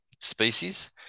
species